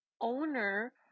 owner